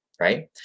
right